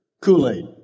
Kool-Aid